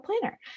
planner